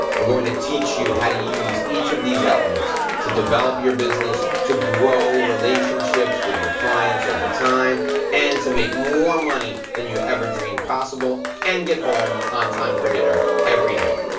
we're gonna teach you how to use each of these elements to develop your business, to grow relationships with your clients over time and to make more money than you ever dreamed possible and get home on time for dinner every night.